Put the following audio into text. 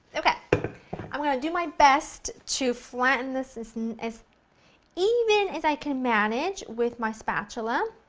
okay i'm going to do my best to flatten this this and as even as i can manage with my spatula.